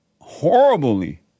horribly